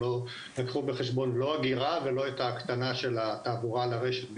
הם לא לקחו בחשבון לא אגירה ולא את ההקטנה של התעבורה על הרשת,